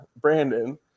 Brandon